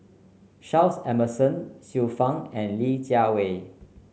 Charles Emmerson Xiu Fang and Li Jiawei